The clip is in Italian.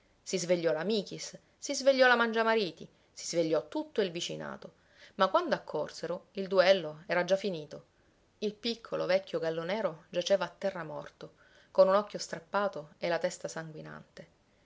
si svegliò la michis si svegliò la mangiamariti si svegliò tutto il vicinato ma quando accorsero il duello era già finito il piccolo vecchio gallo nero giaceva a terra morto con un occhio strappato e la testa sanguinante